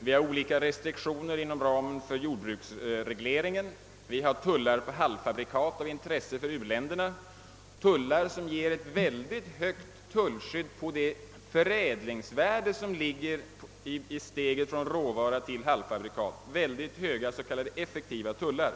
Vi har olika restriktioner inom ramen för jordbruksregleringen, tullar för halvfabrikat av intresse för u-länderna, tullar som ger ett mycket högt skydd på det förädlingsvärde som ligger i steget från råvara till halvfabrikat. Det rör sig om mycket höga s.k. effektiva tullar.